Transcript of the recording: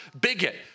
bigot